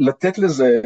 לתת לזה